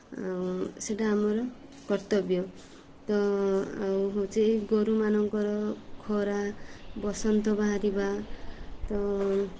ସେଇଟା ଆମର କର୍ତ୍ତବ୍ୟ ତ ଆଉ ହେଉଛି ଗୋରୁମାନଙ୍କର ଖୁରା ବସନ୍ତ ବାହାରିବା ତ